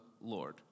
Lord